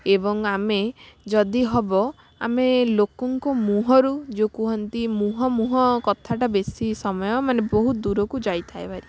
ଏବଂ ଆମେ ଯଦି ହେବ ଆମେ ଲୋକଙ୍କ ମୁହଁରୁ ଯେଉଁ କୁହଁନ୍ତି ମୁହଁ ମୁହଁ କଥାଟା ବେଶି ସମୟ ମାନେ ବହୁତ ଦୂରକୁ ଯାଇଥାଏ ଭାରି